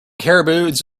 caribous